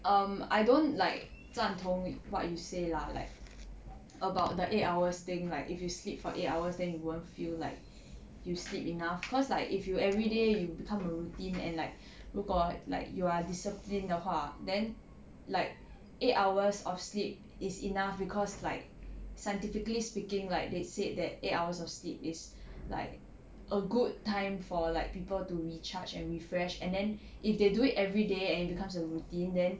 um I don't like 赞同 what you say lah like about the eight hours thing like if you sleep for eight hours then you won't feel like you sleep enough cause like if you everyday you become a routine and like 如果 like you are disciplined 的话 then like eight hours of sleep is enough cause like scientifically speaking like they said that eight hours of sleep is like a good time for like people to recharge and refresh and then if they do it everyday and it becomes a routine then